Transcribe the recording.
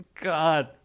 god